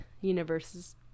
universes